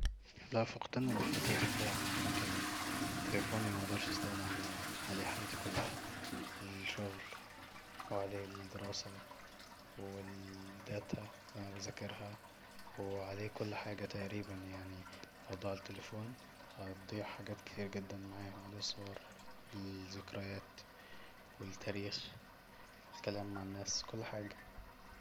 لا فقدان المفاتيح طبعا لان تليفوني مقدرش استغنى عنه يعني عليه حياتي كلها الشغل وعليه الدراسة والداتا اللي انا بزاكرها وعليه كل حاجة تقريبا يعني لو ضاع التليفون هتضيع حاجات كتيرة جدا معاه وعليه صور والذكريات والتاريخ والكلام مع الناس كل حاجة